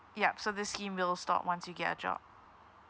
yup so this scheme will stop once you get a job